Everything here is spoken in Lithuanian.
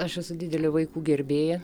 aš esu didelė vaikų gerbėja